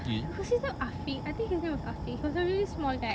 was his name afiq I think his name was afiq he was a really small guy